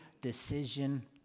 decision